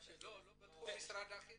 שידוע לי --- לא בתחום משרד החינוך?